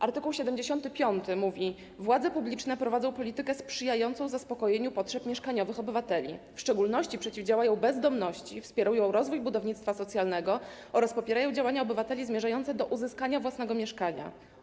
Art. 75 mówi: władze publiczne prowadzą politykę sprzyjającą zaspokojeniu potrzeb mieszkaniowych obywateli, w szczególności przeciwdziałają bezdomności, wspierają rozwój budownictwa socjalnego oraz popierają działania obywateli zmierzające do uzyskania własnego mieszkania.